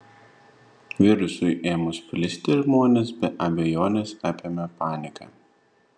virusui ėmus plisti žmonės be abejonės apėmė panika